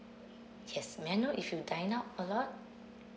yes may I know if you dine out a lot